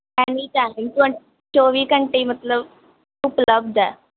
ਚੌਵੀ ਘੰਟੇ ਹੀ ਮਤਲਬ ਉਪਲਬਧ ਹੈ